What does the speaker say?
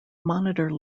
monitor